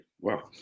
wow